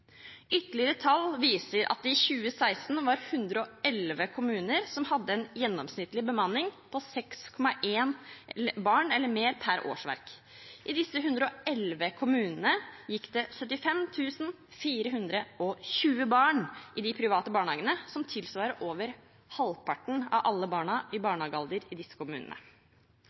Ytterligere tall viser at det i 2016 var 111 kommuner som hadde en gjennomsnittlig bemanning med 6,1 barn eller mer per årsverk. I disse 111 kommunene gikk det 75 420 barn i de private barnehagene, noe som tilsvarte over halvparten av alle barna i barnehagealder i disse kommunene.